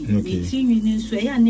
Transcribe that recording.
okay